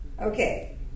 okay